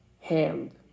hand